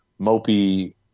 mopey